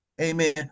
Amen